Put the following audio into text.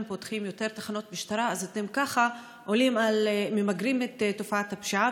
פותחים יותר תחנות משטרה אתם ממגרים את תופעת הפשיעה,